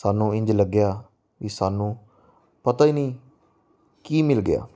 ਸਾਨੂੰ ਇੰਝ ਲੱਗਿਆ ਵੀ ਸਾਨੂੰ ਪਤਾ ਹੀ ਨਹੀਂ ਕੀ ਮਿਲ ਗਿਆ